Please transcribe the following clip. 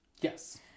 Yes